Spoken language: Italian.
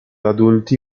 adulti